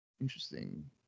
interesting